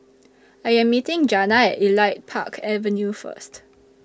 I Am meeting Jana At Elite Park Avenue First